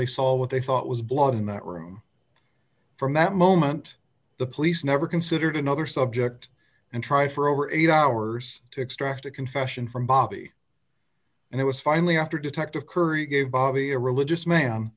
they saw what they thought was blood in that room from that moment the police never considered another subject and tried for over eight hours to extract a confession from bobby and it was finally after detective curry gave bobby a religious ma